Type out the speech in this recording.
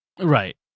Right